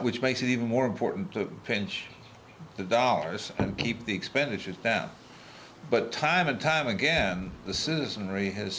which makes it even more important to pinch the dollars and keep the expenditures down but time and time again the citizenry has